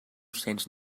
cents